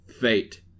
fate